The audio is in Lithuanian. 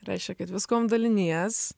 reiškia kad viskuom dalinies